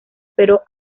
pero